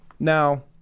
Now